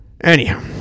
Anyhow